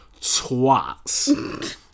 twats